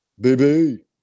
Baby